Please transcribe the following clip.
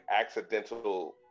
accidental